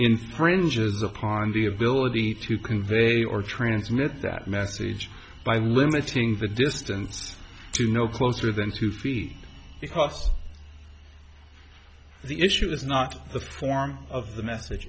george's upon the ability to convey or transmit that message by limiting the distance to no closer than two feet across the issue is not the form of the message